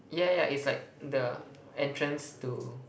yeah yeah it's like the entrance to